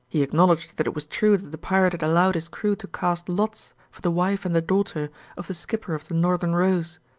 he acknowledged that it was true that the pirate had allowed his crew to cast lots for the wife and the daughter of the skipper of the northern rose,